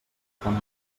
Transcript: tant